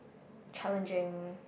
challenging